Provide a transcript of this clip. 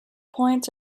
points